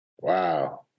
Wow